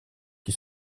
qui